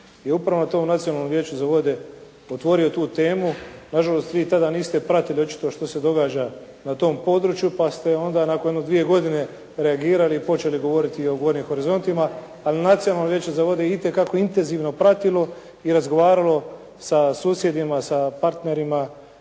je upravo na tom Nacionalnom vijeću za vode otvorio tu temu. Na žalost, vi tada niste pratili očito što se događa na tom području, pa ste onda nakon jedno dvije godine reagirali i počeli govoriti i o gornjim horizontima. Ali Nacionalno vijeće je itekako intenzivno pratilo i razgovaralo sa susjedima, sa partnerima